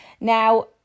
Now